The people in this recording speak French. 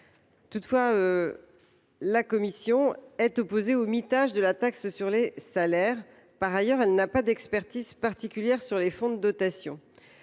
Toutefois, la commission est opposée au mitage de la taxe sur les salaires. Par ailleurs, elle n’a pas d’expertise particulière sur les fonds de dotation.